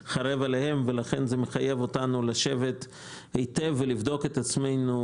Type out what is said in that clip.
לכן זה מחייב אותנו לשבת היטב ולבדוק את עצמנו